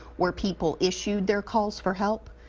where people issued their calls for help.